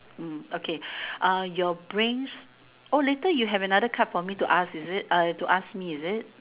mm okay ah your brain's oh later you have another card for me to ask is it uh to ask me is it